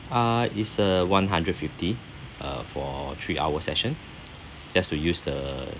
uh is a one hundred fifty uh for three hour session just to use the